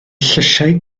llysiau